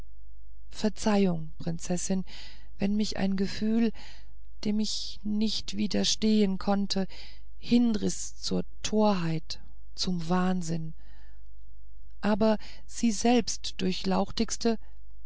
verzeihung prinzessin wenn mich ein gefühl dem ich nicht widerstehen konnte hinriß zur torheit zum wahnsinn aber sie selbst durchlauchtige